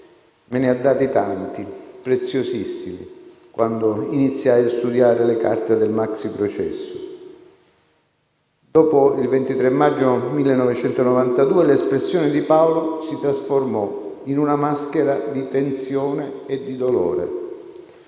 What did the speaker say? me ne ha dati tanti, preziosissimi, quando iniziai a studiare le carte del maxiprocesso. Dopo il 23 maggio 1992 l'espressione di Paolo si trasformò in una maschera di tensione e di dolore.